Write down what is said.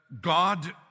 God